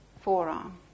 forearm